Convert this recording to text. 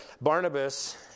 Barnabas